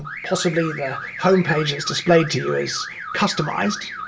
possibly the homepage is displayed to you is customized,